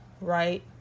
right